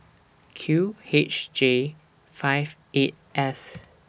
Q H J five eight S